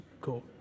cool